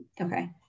okay